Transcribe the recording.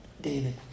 David